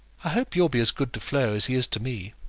i hope you'll be as good to flo as he is to me.